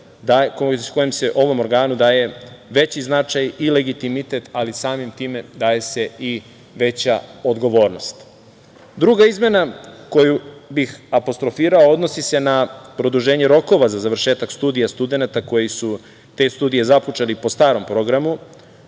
kojim se ovom organu daje veći značaj i legitimitet, ali samim time daje se i veća odgovornost. Druga izmena koju bih apostrofirao odnosi se na produženje rokova za završetak studija studenata koji su te studije započeli po starom programu,